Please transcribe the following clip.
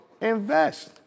invest